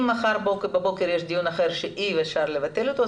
אם מחר בבוקר יש דיון אחר שאי אפשר לבטל אותו,